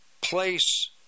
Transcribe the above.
place